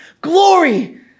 glory